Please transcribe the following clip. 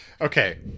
Okay